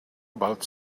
about